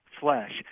flesh